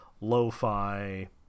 lo-fi